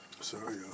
sorry